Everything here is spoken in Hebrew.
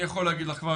אני יכול להגיד לך כבר,